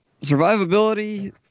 Survivability